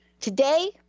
Today